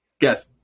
Guess